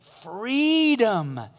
freedom